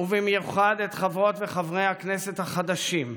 ובמיוחד את חברות וחברי הכנסת החדשים,